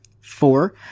four